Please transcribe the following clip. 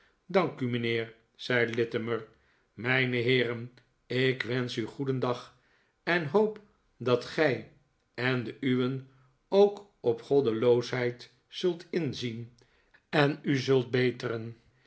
dank u mijnheer zei littimer mijne heeren ik wensch u goedendag en hoop dat gij en de uwen ook uw goddeloosheid zult inzien en u zult beteren